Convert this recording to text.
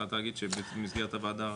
התחלת להגיד, שבמסגרת הוועדה.